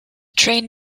train